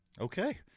Okay